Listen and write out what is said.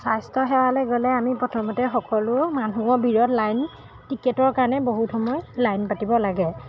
স্বাস্থ্য সেৱালৈ গ'লে আমি প্ৰথমতে সকলো মানুহৰ ভিৰত লাইন টিকেটৰ কাৰণে বহুত সময় লাইন পাতিব লাগে